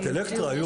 חברת אלקטרה.